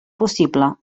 possible